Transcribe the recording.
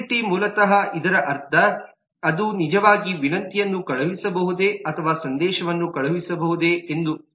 visibility ಮೂಲತಃ ಇದರರ್ಥ ಅದು ನಿಜವಾಗಿಯೂ ವಿನಂತಿಯನ್ನು ಕಳುಹಿಸಬಹುದೇ ಅಥವಾ ಸಂದೇಶವನ್ನು ಕಳುಹಿಸಬಹುದೇ ಎಂದು